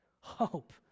hope